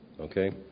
Okay